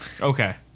Okay